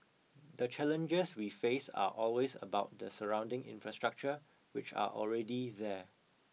the challenges we face are always about the surrounding infrastructure which are already there